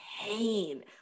pain